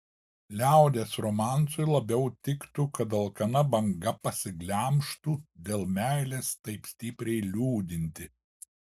liaudies romansui labiau tiktų kad alkana banga pasiglemžtų dėl meilės taip stipriai liūdintį